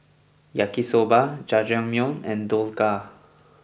Yaki Soba Jajangmyeon and Dhokla